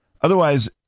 Otherwise